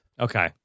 Okay